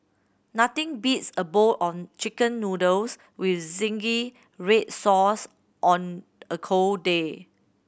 nothing beats a bowl of Chicken Noodles with zingy red sauce on a cold day